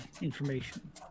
information